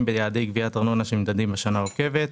ביעדי גביית ארנונה שנמדדים בשנה העוקבת,